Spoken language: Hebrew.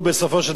בסופו של דבר,